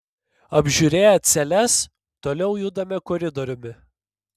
apžiūrėję celes toliau judame koridoriumi